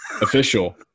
Official